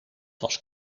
was